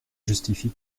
justifie